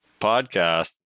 podcast